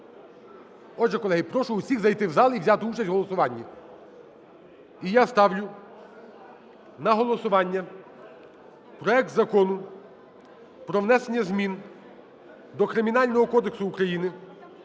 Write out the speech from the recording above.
Отже, колеги, прошу всіх зайти в зал і взяти участь в голосуванні. І я ставлю на голосування проект Закону про внесення змін до Кримінального кодексу України